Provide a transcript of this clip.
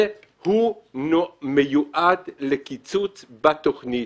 והוא מיועד לקיצוץ בתוכנית.